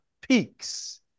peaks